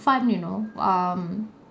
refund you know um